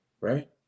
right